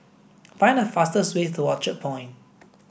find the fastest way to Orchard Point